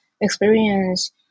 experience